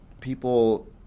People